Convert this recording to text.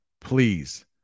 please